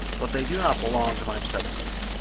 but they do not belong to my subject.